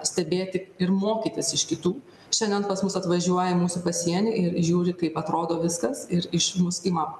stebėti ir mokytis iš kitų šiandien pas mus atvažiuoja į mūsų pasienį ir žiūri kaip atrodo viskas ir iš mūs ima